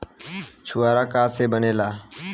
छुआरा का से बनेगा?